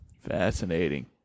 fascinating